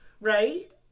right